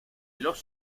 los